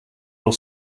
will